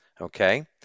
Okay